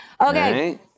Okay